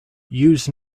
use